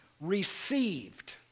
received